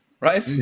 Right